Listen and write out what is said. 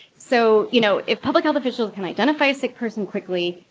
so, you know, if public health officials can identify a sick person quickly,